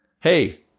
Hey